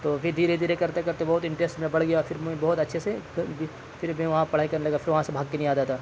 تو پھر دھیرے دھیرتے کرتے کرتے بہت انٹریسٹ میں پڑ گیا پھر میں بہت اچھے سے پھر میں وہاں پڑھائی کرنے لگا پھر وہاں سے بھاگ کے نہیں آتا تھا